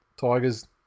Tigers